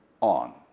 on